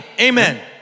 Amen